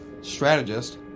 strategist